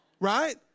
right